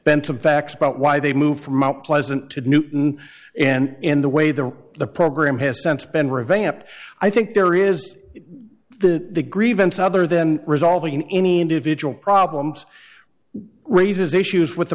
benton facts about why they moved from mt pleasant to newton and the way the the program has sense been revamped i think there is the the grievance other than resolving any individual problems raises issues with the